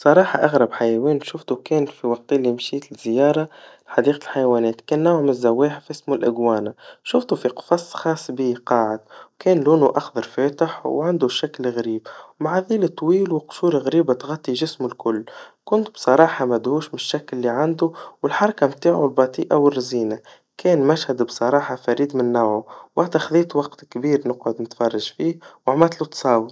بصراحا أغرب حيوان شفته كان في الوقت اللي مشيت لزيارا لحديقة الحيوانات, كان نوع من الزواحف اسمه الإجوالا, شفته فيي قفص خاص بيه قاعد, وكان لونه أخضر فاتح, وعنده شكل غريب, مع ذيل طويل, وقشور غريبا تغطي جسمه الكل, كنت بصراحا مدهوش من الشكل اللي عنده, والحركة متاعه بطيئا ورزينا, كان مشهد بصراحا فريد من نوعه, وقتا خديت وقت كبير نقعد نتفرج فيه, وعملتله تصاور.